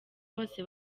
bose